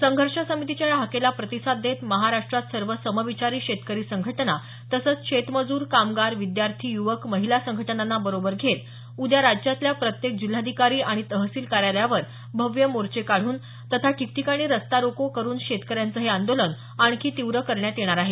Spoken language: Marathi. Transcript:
संघर्ष समितीच्या या हाकेला प्रतिसाद देत महाराष्ट्रात सर्व समविचारी शेतकरी संघटना तसंच शेतमजूर कामगार विद्यार्थी युवक महिला संघटनांना बरोबर घेत तीन डिसेंबर रोजी राजस्थानातल्या प्रत्येक जिल्हाधिकारी आणि तहसील कार्यालयावर भव्य मोर्चे काढून तथा ठिकठिकाणी रस्ता रोको करून शेतकऱ्यांचं हे आंदोलन आणखी तीव्र करण्यात येणार आहे